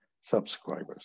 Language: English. subscribers